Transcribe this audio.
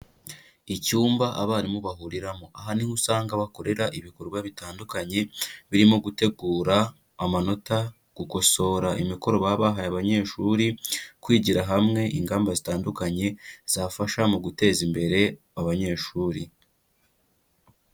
Icyumba abarimu bahuriramo, aha niho usanga bakorera ibikorwa bitandukanye birimo gutegura amanota, gukosora imikoro baba bahaye abanyeshuri, kwigira hamwe ingamba zitandukanye zafasha mu guteza imbere abanyeshuri.